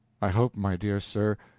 i hope, my dear sir,